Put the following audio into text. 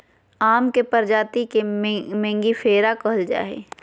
आम के प्रजाति के मेंगीफेरा कहल जाय हइ